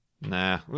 Nah